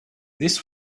this